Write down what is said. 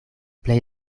plej